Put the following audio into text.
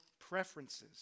preferences